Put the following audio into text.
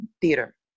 theater